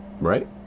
Right